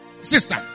sister